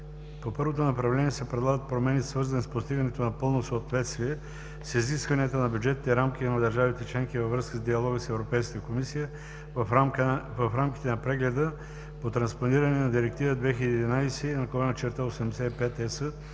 По първото направление се предлагат промени, свързани с постигането на пълно съответствие с изискванията на бюджетните рамки на държавите членки във връзка с диалога с ЕК в рамките на прегледа по транспониране на Директива 2011/85/ЕС на Съвета от 8